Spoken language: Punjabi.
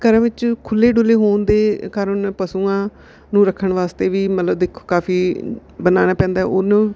ਘਰਾਂ ਵਿੱਚ ਖੁੱਲ੍ਹੇ ਡੁੱਲੇ ਹੋਣ ਦੇ ਕਾਰਨ ਪਸ਼ੂਆਂ ਨੂੰ ਰੱਖਣ ਵਾਸਤੇ ਵੀ ਮਤਲਬ ਦੇਖੋ ਕਾਫੀ ਬਣਾਉਣਾ ਪੈਂਦਾ ਉਹਨੂੰ